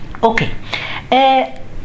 Okay